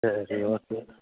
சரி ஓகே